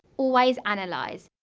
always analyse